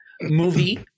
movie